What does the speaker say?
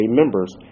members